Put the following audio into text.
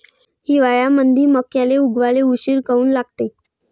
हिवाळ्यामंदी मक्याले उगवाले उशीर काऊन लागते?